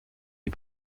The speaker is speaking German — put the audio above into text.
die